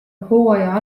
hooaja